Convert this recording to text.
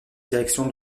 direction